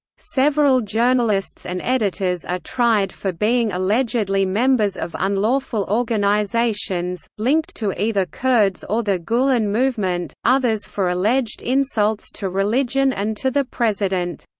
several journalists and editors are tried for being allegedly members of unlawful organisations, linked to either kurds or the gulen movement, others for alleged insults to religion and to the president.